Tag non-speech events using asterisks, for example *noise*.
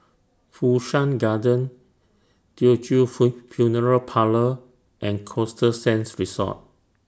Fu Shan Garden Teochew *unintelligible* Funeral Parlour and Costa Sands Resort